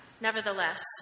Nevertheless